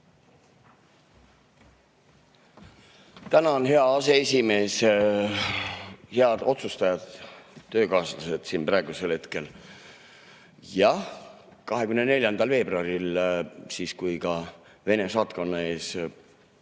Tänan, hea aseesimees! Head otsustajad, töökaaslased siin praegusel hetkel! Jah, 24. veebruaril – siis, kui ka Vene saatkonna ees